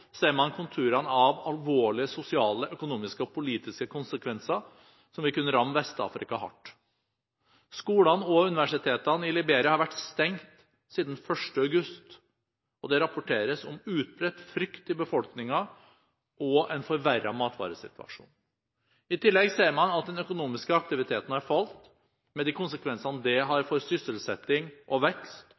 ser man konturene av alvorlige sosiale, økonomiske og politiske konsekvenser som vil kunne ramme Vest-Afrika hardt. Skolene og universitetene i Liberia har vært stengt siden 1. august, og det rapporteres om utbredt frykt i befolkningen og en forverret matvaresituasjon. I tillegg ser man at den økonomiske aktiviteten har falt, med de konsekvensene det har for sysselsetting og vekst,